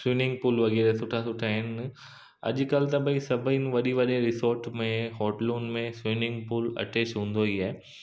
swimming pool वग़ैरह सुठा सुठा आहिनि अॼु कल्ह त सभई वॾे वॾे रिसोट में होटलुनि में स्विमिंग पूल अटैच हूंदो ई आहे